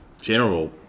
general